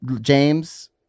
James